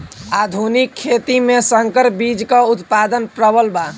आधुनिक खेती में संकर बीज क उतपादन प्रबल बा